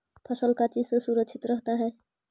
फसल का चीज से सुरक्षित रहता है?